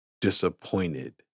disappointed